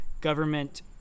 government